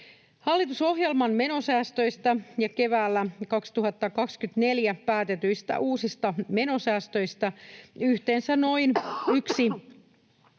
Hallitusohjelman menosäästöistä ja keväällä 2024 päätetyistä uusista menosäästöistä yhteensä noin 1,13